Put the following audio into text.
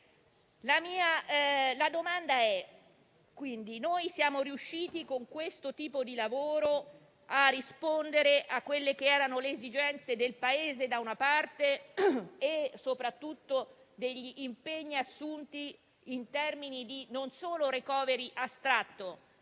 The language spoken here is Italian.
La domanda è la seguente: siamo riusciti con questo tipo di lavoro a rispondere alle esigenze del Paese, da una parte, e soprattutto agli impegni assunti in termini non solo di *recovery* astratto,